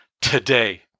today